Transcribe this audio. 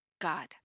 God